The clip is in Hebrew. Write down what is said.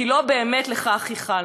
כי באמת לא לכך ייחלנו.